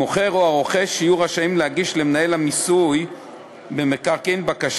המוכר או הרוכש יהיו רשאים להגיש למנהל המיסוי במקרקעין בקשה